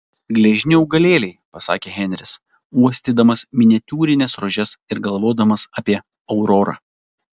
gležni augalėliai pasakė henris uostydamas miniatiūrines rožes ir galvodamas apie aurorą